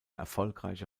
erfolgreiche